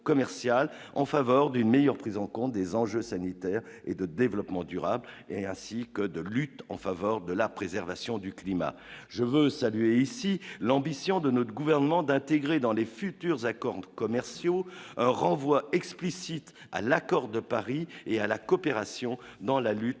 en faveur d'une meilleure prise en compte des enjeux sanitaires et de développement durable et ainsi que de lutte en faveur de la préservation du climat, je veux saluer ici l'ambition de notre gouvernement d'intégrer dans les futurs accords commerciaux renvoi explicite à l'accord de Paris et à la coopération dans la lutte